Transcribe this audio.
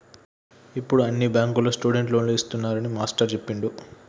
ఇప్పుడు అన్ని బ్యాంకుల్లో స్టూడెంట్ లోన్లు ఇస్తున్నారని మాస్టారు చెప్పిండు